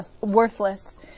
worthless